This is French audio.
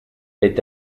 est